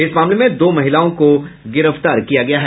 इस मामले में दो महिलाओं को गिरफ्तार भी किया गया है